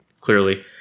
clearly